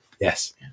Yes